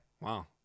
Wow